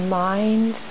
mind